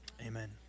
Amen